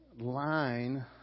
line